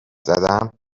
زدم